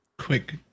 Quick